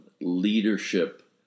leadership